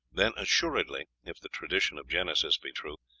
then assuredly, if the tradition of genesis be true,